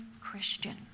Christian